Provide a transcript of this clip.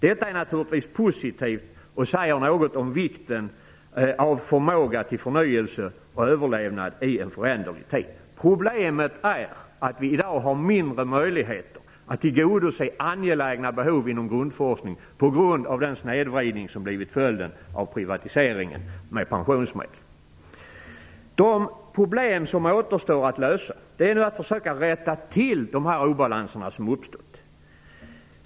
Detta är naturligtvis positivt, och det säger något om vikten av att ha förmåga till förnyelse och överlevnad i en föränderlig tid. Problemet är att vi i dag har mindre möjligheter att tillgodose angelägna behov inom grundforskningen på grund av den snedvridning som blivit följden av privatiseringen av pensionsmedlen. De problem som återstår att lösa är att försöka rätta till de obalanser som har uppstått.